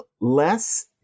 less